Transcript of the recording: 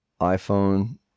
iPhone